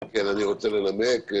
כן, אני רוצה לנמק.